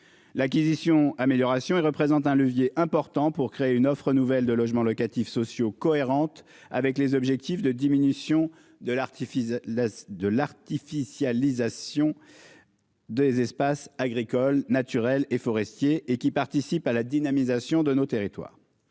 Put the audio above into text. L'acquisition amélioration et représente un levier important pour créer une offre nouvelle de logements locatifs sociaux cohérente avec les objectifs de diminution de l'artifice la deux l'artificialisation. Des espaces agricoles naturels et forestiers et qui participent à la dynamisation de nos territoires.